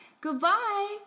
Goodbye